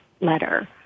letter